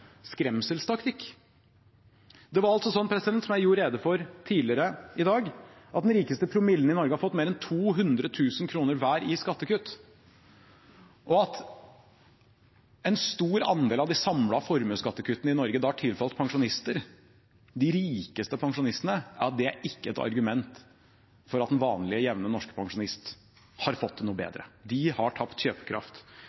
skremselstaktikk. Det er altså sånn – som jeg gjorde rede for tidligere i dag – at den rikeste promillen i Norge har fått mer enn 200 000 kr hver i skattekutt. At en stor andel av de samlede formuesskattekuttene i Norge da har tilfalt pensjonister – de rikeste pensjonistene – er ikke et argument for at den vanlige, jevne norske pensjonist har fått det noe